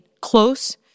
close